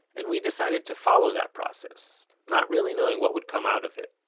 and we decided to follow that process, not really knowing what would come out of it.